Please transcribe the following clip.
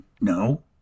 No